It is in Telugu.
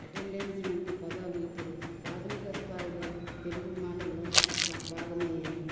అటెండెన్స్ వంటి పదాలు ఇప్పుడు ప్రాథమిక స్థాయిలో తెలుగు మాటల్లో భాగమయ్యాయి